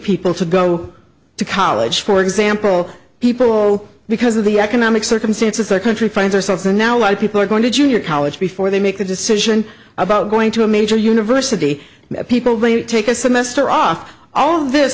people to go to college for example people because of the economic circumstances the country finds herself in now a lot of people are going to junior college before they make a decision about going to a major university people take a semester off all this